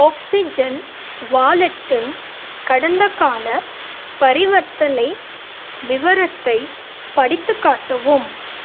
oxygen வாலெட்டின் கடந்தக்கால பரிவர்த்தனை விவரத்தை படித்துக் காட்டவும்